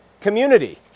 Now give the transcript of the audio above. community